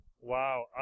Wow